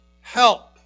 help